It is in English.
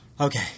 Okay